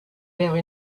vers